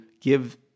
give